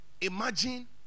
imagine